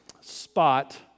spot